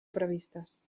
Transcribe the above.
previstes